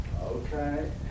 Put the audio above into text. Okay